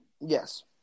Yes